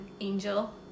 Angel